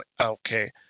okay